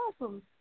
awesome